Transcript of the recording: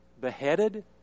Beheaded